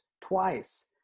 twice